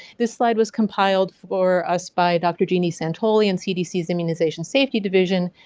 this slide was compiled for us by dr. jeanne santoli in cdc's immunization safety division,